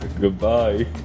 goodbye